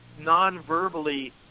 non-verbally